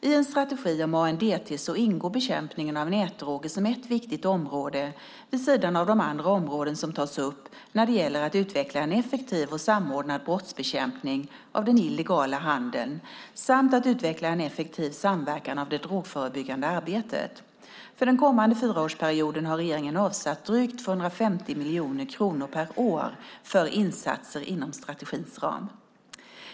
I en strategi om ANDT så ingår bekämpningen av nätdroger som ett viktigt område vid sidan av de andra områden som tas upp när det gäller att utveckla en effektiv och samordnad brottsbekämpning av den illegala handeln samt att utveckla en effektiv samverkan av det drogförebyggande arbetet. För den kommande fyraårsperioden har regeringen avsatt drygt 250 miljoner kronor per år för insatser inom strategins ram.